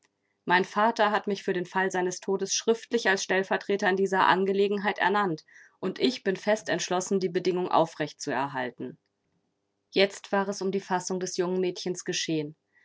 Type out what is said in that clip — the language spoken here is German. mein vater hat mich für den fall seines todes schriftlich als stellvertreter in dieser angelegenheit ernannt und ich bin fest entschlossen die bedingung aufrecht zu erhalten jetzt war es um die fassung des jungen mädchens geschehen